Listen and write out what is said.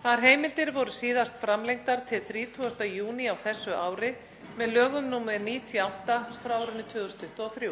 Þær heimildir voru síðast framlengdar til 30. júní á þessu ári með lögum nr. 98/2023.